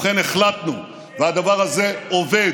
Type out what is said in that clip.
ובכן, החלטנו, והדבר הזה עובד.